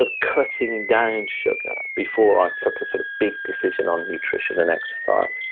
ah cutting down sugar before i took a sort of big decision on nutrition and exercise.